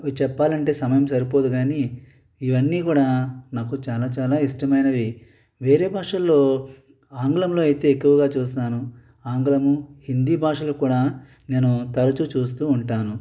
అవి చెప్పాలంటే సమయం సరిపోదు కానీ ఇవన్నీ కూడా నాకు చాలా చాలా ఇష్టమైనవి వేరే భాషల్లో ఆంగ్లంలో అయితే ఎక్కువగా చూస్తాను ఆంగ్లము హిందీ భాషలు కూడా నేను తరచూ చూస్తూ ఉంటాను